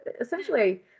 essentially